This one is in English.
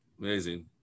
amazing